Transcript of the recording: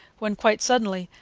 when, quite suddenly,